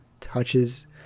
touches